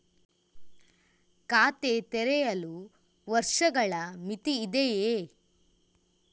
ಖಾತೆ ತೆರೆಯಲು ವರ್ಷಗಳ ಮಿತಿ ಇದೆಯೇ?